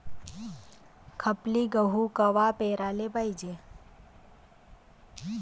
खपली गहू कवा पेराले पायजे?